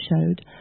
showed